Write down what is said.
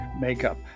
makeup